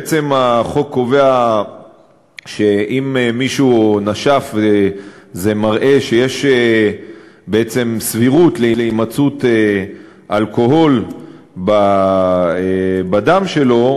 החוק קובע שאם מישהו נשף וזה מראה שיש סבירות להימצאות אלכוהול בדם שלו,